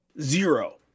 Zero